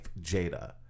Jada